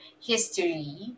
history